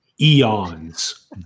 eons